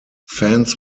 fans